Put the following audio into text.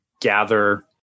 gather